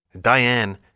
Diane